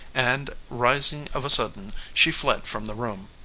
and rising of a sudden she fled from the room.